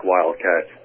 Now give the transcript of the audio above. Wildcat